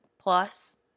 plus